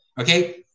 Okay